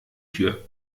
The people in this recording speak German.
tür